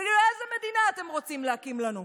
תגידו, איזו מדינה אתם רוצים להקים לנו?